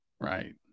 Right